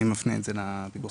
אני מפנה את זה לפיקוח על הבנקים.